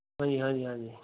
ਹਾਂਜੀ ਹਾਂਜੀ ਹਾਂਜੀ